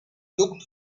looked